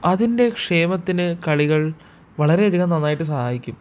അതിൻ്റെ ക്ഷേമത്തിന് കളികൾ വളരെയധികം നന്നായിട്ട് സഹായിക്കും